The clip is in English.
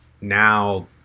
now